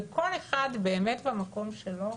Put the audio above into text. וכל אחד באמת במקום שלו,